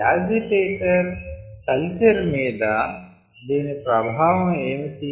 agitator culture మీద దీని ప్రభావం ఏమిటి